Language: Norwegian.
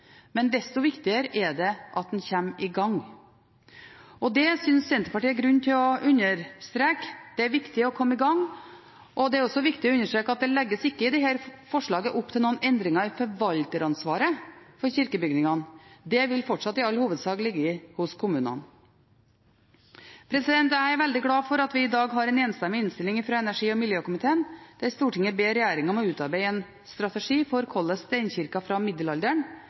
Desto viktigere er det at en kommer i gang. Det synes Senterpartiet det er grunn til å understreke. Det er viktig å komme i gang, og det er også viktig å understreke at det legges ikke i dette forslaget opp til noen endringer i forvalteransvaret for kirkebygningene. Det vil fortsatt i all hovedsak ligge hos kommunene. Jeg er veldig glad for at vi i dag har en enstemmig innstilling fra energi- og miljøkomiteen, der Stortinget ber regjeringen om å utarbeide en strategi for hvordan steinkirker fra middelalderen,